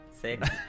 Six